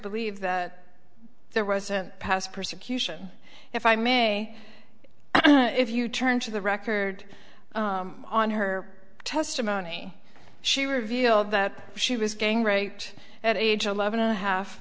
believe that there was a past persecution if i may if you turn to the record on her testimony she revealed that she was gang raped at age eleven and a half